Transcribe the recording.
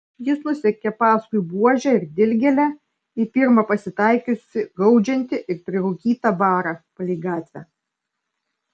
jis nusekė paskui buožę ir dilgėlę į pirmą pasitaikiusį gaudžiantį ir prirūkytą barą palei gatvę